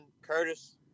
Curtis